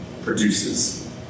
produces